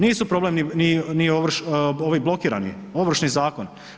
Nisu problem ni ovi blokirani, Ovršni zakon.